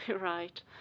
right